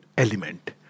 element